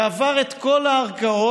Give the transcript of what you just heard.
עבר את כל הערכאות,